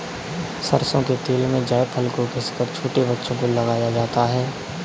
सरसों के तेल में जायफल को घिस कर छोटे बच्चों को लगाया जाता है